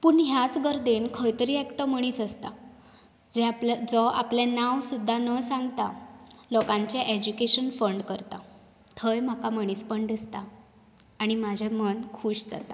पूण ह्याच गर्देंत खंय तरी एकटो मनीस आसता ज्या आपल्या जो आपलें नांव सुद्दा न सांगता लोकांचें एज्युकेशन फंड करता थंय म्हाका मनीसपण दिसता आनी म्हाजें मन खूश जाता